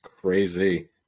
crazy